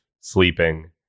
sleeping